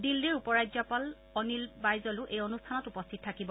দিল্লীৰ উপ ৰাজ্যপাল অনিল বাইজলো এই অনুষ্ঠানত উপস্থিত থাকিব